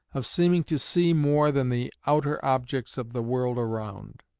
of seeming to see more than the outer objects of the world around.